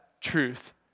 truth